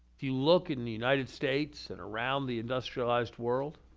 if you look in the united states and around the industrialized world,